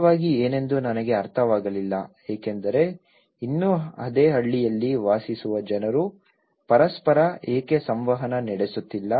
ನಿಜವಾಗಿ ಏನೆಂದು ನನಗೆ ಅರ್ಥವಾಗಲಿಲ್ಲ ಏಕೆಂದರೆ ಇನ್ನೂ ಅದೇ ಹಳ್ಳಿಯಲ್ಲಿ ವಾಸಿಸುವ ಜನರು ಪರಸ್ಪರ ಏಕೆ ಸಂವಹನ ನಡೆಸುತ್ತಿಲ್ಲ